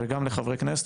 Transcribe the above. גם לחברי כנסת.